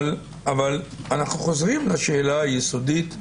אבל אנחנו חוזרים לשאלה היסודית,